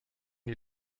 die